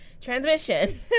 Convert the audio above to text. Transmission